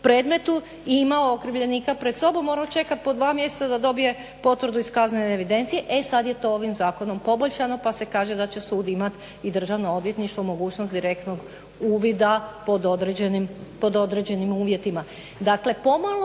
predmetu imao okrivljenika pred sobom morao čekati po dva mjeseca da dobije potvrdu iz kaznene evidencije. E sada je to ovim zakonom poboljšano pa se kaže da će sud imati i Državno odvjetništvo mogućnost direktnog uvida pod određenim uvjetima.